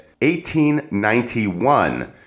1891